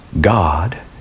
God